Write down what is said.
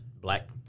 black